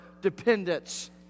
dependence